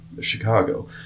Chicago